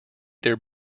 their